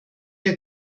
der